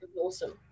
Awesome